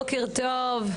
בוקר טוב.